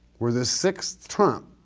or the sixth trump